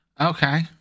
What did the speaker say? Okay